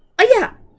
ah yeah